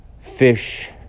fish